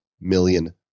million